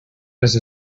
les